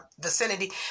vicinity